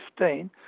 2015